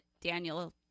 Daniel